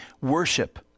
worship